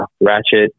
ratchet